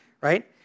right